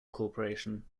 corporation